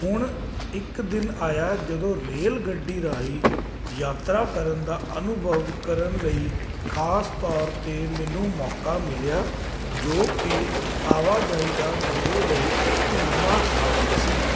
ਹੁਣ ਇੱਕ ਦਿਨ ਆਇਆ ਜਦੋਂ ਰੇਲ ਗੱਡੀ ਰਾਹੀਂ ਯਾਤਰਾ ਕਰਨ ਦਾ ਅਨੁਭਵ ਕਰਨ ਲਈ ਖਾਸ ਤੌਰ 'ਤੇ ਮੈਨੂੰ ਮੌਕਾ ਮਿਲਿਆ ਜੋ ਕਿ ਆਵਾਜਾਈ ਦਾ ਮੇਰੇ ਲਈ ਇੱਕ ਨਵਾਂ ਸਾਧਨ ਸੀ